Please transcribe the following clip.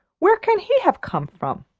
where can he have come from?